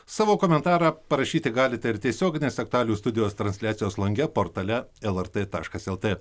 savo komentarą parašyti galite ir tiesioginės aktualijų studijos transliacijos lange portale lrt taškas lt